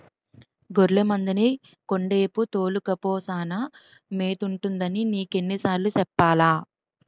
గొర్లె మందని కొండేపు తోలుకపో సానా మేతుంటదని నీకెన్ని సార్లు సెప్పాలా?